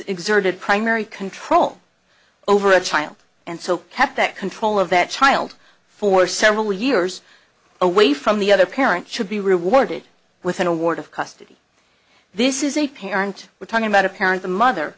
exerted primary control over a child and so kept that control of that child for several years away from the other parent should be rewarded with an award of custody this is a parent we're talking about a parent the mother